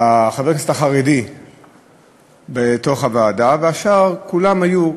חבר הכנסת החרדי בתוך הוועדה, והשאר כולם היו,